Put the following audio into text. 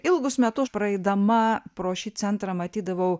ilgus metus praeidama pro šį centrą matydavau